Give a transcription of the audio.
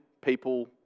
people